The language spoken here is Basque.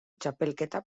txapelketa